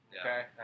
Okay